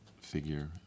figure